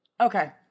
Okay